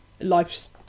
life's